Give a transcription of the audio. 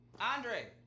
Andre